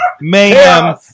mayhem